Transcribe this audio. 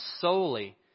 solely